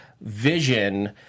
Vision